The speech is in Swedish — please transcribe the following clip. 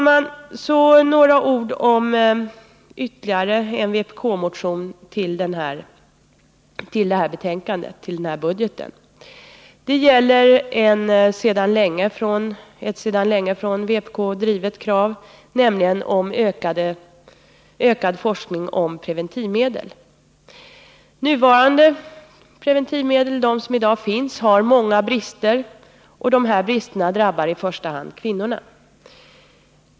Så några ord om ytterligare en vpk-motion, som har samband med årets budget. Den gäller ett sedan länge från vpk drivet krav, nämligen om ökad forskning om preventivmedel. De preventivmedel som i dag finns har många brister, och dessa brister drabbar i första hand kvinnorna.